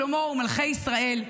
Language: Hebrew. שלמה ומלכי ישראל,